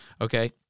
Okay